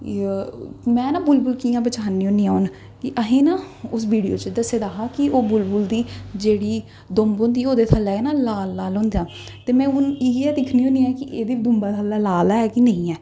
मैं ना बुलबुल कि'यां बचानी होन्नी आं हून असें गी ना उस विडियो च दस्से दा हा ओह् बुलबुल दी जेह्ड़ी दु्म्ब होंदी ओह्दे थ'ल्लै ना लाल लाल होंदा ते मैं ना इ'यै दिक्खनी होन्नी आं कि एह्दी दुंबा थ'ल्लै लाल ऐ कि नेईं ऐ